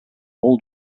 all